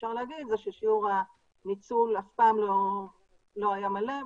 שאפשר להגיד זה ששיעור הניצול אף פעם לא היה מלא,